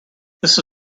this